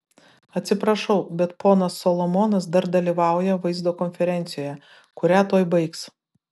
atsiprašau bet ponas solomonas dar dalyvauja vaizdo konferencijoje kurią tuoj baigs